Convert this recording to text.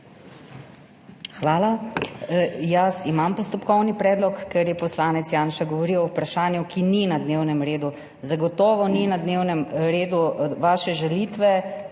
Hvala. Jaz imam postopkovni predlog. Ker je poslanec Janša govoril o vprašanju, ki ni na dnevnem redu, zagotovo niso na dnevnem redu vaše žalitve